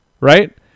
Right